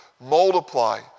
multiply